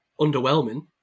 underwhelming